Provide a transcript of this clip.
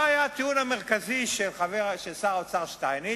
מה היה הטיעון המרכזי של שר האוצר שטייניץ?